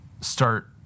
start